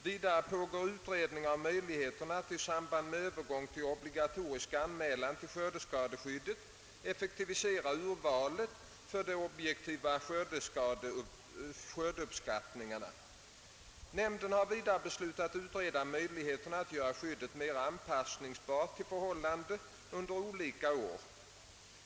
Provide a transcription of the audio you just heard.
Vidare pågår utredning av möjligheterna att i samband med övergång till obligatorisk anmälan till skördeskadeskyddet effektivisera urvalet för de objektiva skördeuppskattningarna. Nämnden har vidare beslutat utreda möjligheterna att göra skyddet mera anpassningsbart till förhållandena under olika år.